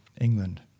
England